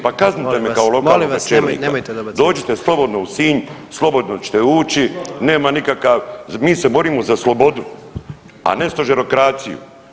Pa kaznite me kao lokalnog čelnika [[Upadica predsjednik: Molim vas nemojte dobacivat.]] Dođite slobodno u Sinj, slobodno ćete ući nema nikakav mi se borimo za slobodu, a ne stožerokraciju.